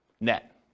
net